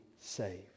saved